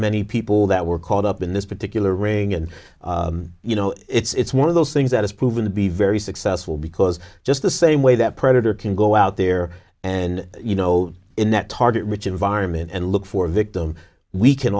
many people that were caught up in this particular ring and you know it's one of those things that has proven to be very successful because just the same way that predator can go out there and you know in that target rich environment and look for a victim we can